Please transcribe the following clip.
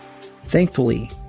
Thankfully